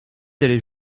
d’aller